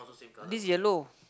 this yellow